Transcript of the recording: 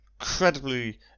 incredibly